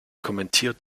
kommentiert